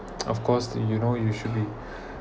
of course you know you should be